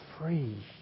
free